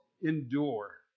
endure